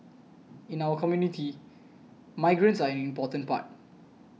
in our community migrants are an important part